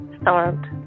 starved